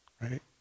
Right